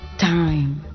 time